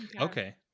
Okay